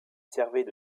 servaient